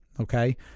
Okay